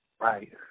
Right